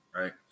Right